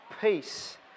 peace